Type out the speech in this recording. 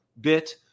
bit